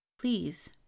please